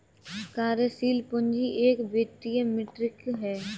कार्यशील पूंजी एक वित्तीय मीट्रिक है